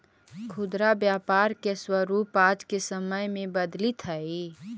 खुदरा व्यापार के स्वरूप आज के समय में बदलित हइ